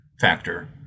factor